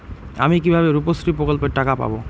আমি কিভাবে রুপশ্রী প্রকল্পের টাকা পাবো?